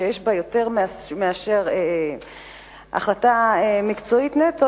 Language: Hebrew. שיש בה יותר מאשר החלטה מקצועית נטו.